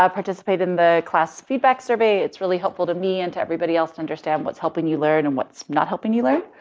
ah, participated in the class feedback survey. it's really helpful to me and to everybody else to understand what's helping you learn and what's not helping you learn.